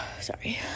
Sorry